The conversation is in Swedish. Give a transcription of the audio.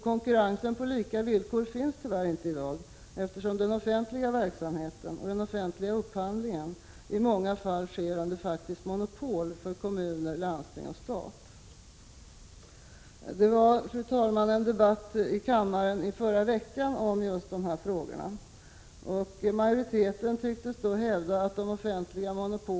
Konkurrens på lika villkor råder tyvärr inte i dag, eftersom den offentliga verksamheten och den offentliga upphandlingen i många fall sker under faktiskt monopol för kommuner, landsting och stat. Det var, fru talman, en debatt i kammaren förra veckan om just dessa frågor. Majoriteten tycktes då hävda att de offentliga monopolen inte var — Prot.